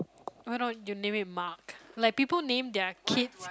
why not you name him mark like people name their kids